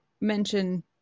mention